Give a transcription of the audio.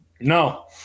No